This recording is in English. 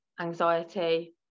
anxiety